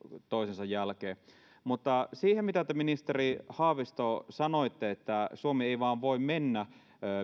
toisensa jälkeen se mitä te ministeri haavisto sanoitte että suomi ei vain voi mennä